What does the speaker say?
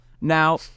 Now